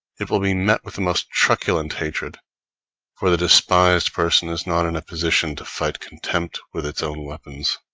it will be met with the most truculent hatred for the despised person is not in a position to fight contempt with its own weapons.